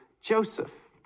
Joseph